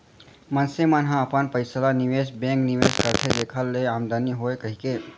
मनसे मन ह अपन पइसा ल निवेस बेंक निवेस करथे जेखर ले आमदानी होवय कहिके